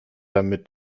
damit